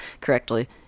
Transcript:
correctly